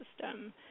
system